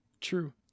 True